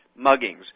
muggings